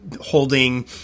holding